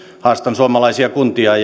haastan suomalaisia kuntia